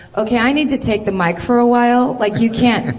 ok i need to take the mic for a while? like you can't.